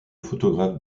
photographe